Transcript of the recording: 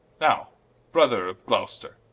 now brother of gloster,